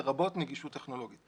לרבות נגישות טכנולוגית.